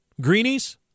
greenies